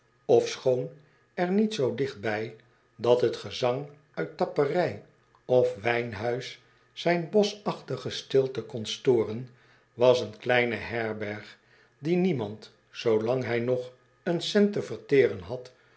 ofschoon er niet zoo dicht bij dat t gezang uit tapperij of wijnhuis zijn boschachtige stilte kon storen was een kleine herberg die niemand zoolang hij nog een cent te verteren had